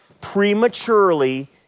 prematurely